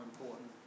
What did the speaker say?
important